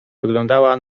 wyglądała